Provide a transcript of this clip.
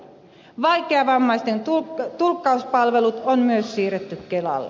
vaikeavammaisten tulkkauspalvelut on myös siirretty kelalle